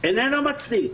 איננו מצדיק,